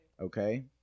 Okay